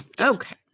Okay